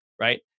right